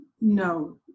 no